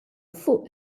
fuq